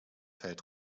feld